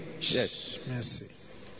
Yes